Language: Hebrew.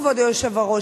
כבוד היושב-ראש,